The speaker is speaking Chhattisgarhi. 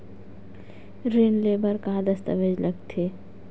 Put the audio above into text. ऋण ले बर का का दस्तावेज लगथे?